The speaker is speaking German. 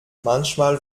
manchmal